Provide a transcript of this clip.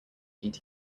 eating